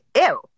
Ew